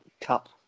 Cup